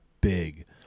big